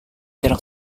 tidak